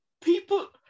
people